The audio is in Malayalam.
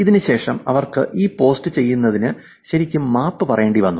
ഇതിന് ശേഷം അവർക്ക് ഈ പോസ്റ്റ് ചെയ്തതിന് ശരിക്കും മാപ്പ് പറയേണ്ടി വന്നു